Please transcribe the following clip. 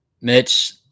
Mitch